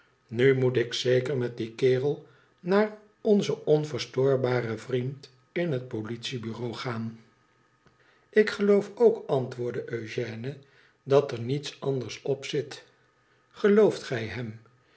nu moet ik zeker met dien kerel naar onzen onverstoorbaren vriend in het politie-bureau gaan ik geloof ook antwoordde eugène dat er niets anders op zit t gelooft gij hem